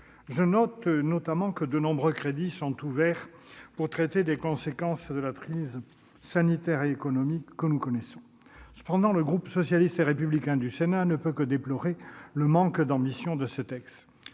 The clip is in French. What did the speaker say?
par ailleurs, que de nombreux crédits sont ouverts pour traiter des conséquences de la crise sanitaire et économique que nous connaissons. Toutefois, le groupe socialiste et républicain du Sénat ne peut que déplorer le manque d'ambition de ce projet